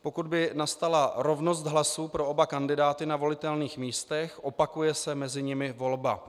Pokud by nastala rovnost hlasů pro oba kandidáty na volitelných místech, opakuje se mezi nimi volba.